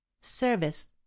Service